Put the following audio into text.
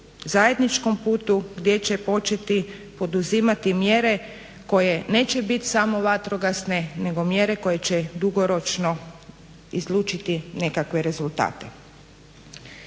zajedničkom putu gdje će početi poduzimati mjere koje neće biti samo vatrogasne nego mjere koje će dugoročno izlučiti nekakve rezultate.